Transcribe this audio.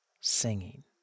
singing